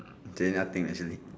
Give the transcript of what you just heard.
okay nothing actually